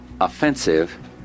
offensive